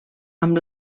amb